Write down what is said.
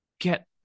get